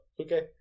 okay